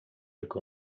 jak